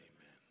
Amen